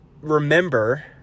Remember